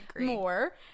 more